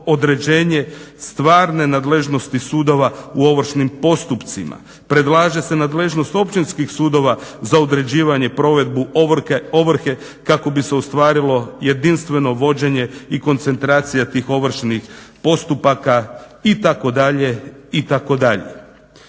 određenje stvarne nadležnosti sudova u ovršnim postupcima. Predlaže se nadležnost općinskih sudova za određivanje provedbu ovrhe kako bi se ostvarilo jedinstveno vođenje i koncentracija tih ovršnih postupaka itd., itd.